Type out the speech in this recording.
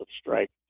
strike